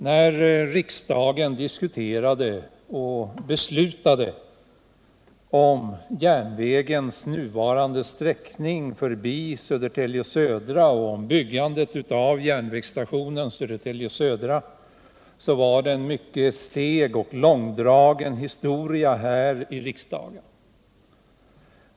När riksdagen diskuterade och beslutade om järnvägens nuvarande sträckning förbi Södertälje Södra och om byggandet av järnvägsstationen Södertälje Södra var det en mycket seg och långdragen behandling här i riksdagen.